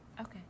Okay